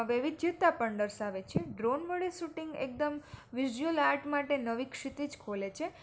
વૈવિધ્યતા પણ દર્શાવે છે ડ્રોન વડે શૂટિંગ એકદમ વિઝ્યુલ આર્ટ માટે નવી ક્ષિતિજ ખોલે છે